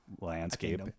landscape